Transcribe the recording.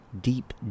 deep